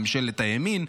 ממשלת הימין,